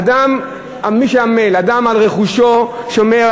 אדם, מי שעמל, אדם על רכושו שומר.